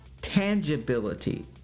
tangibility